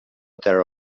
treure